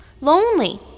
lonely